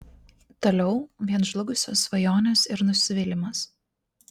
toliau vien žlugusios svajonės ir nusivylimas